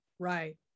Right